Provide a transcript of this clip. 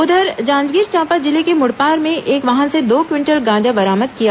उधर जांजगीर चांपा जिले के मुड़पार में एक वाहन से दो क्विंटल गांजा बरामद किया गया है